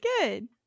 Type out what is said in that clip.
Good